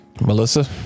Melissa